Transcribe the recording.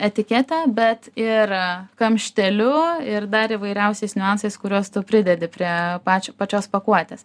etikete bet ir kamšteliu ir dar įvairiausiais niuansais kuriuos tu pridedi prie pačio pačios pakuotės